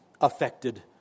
affected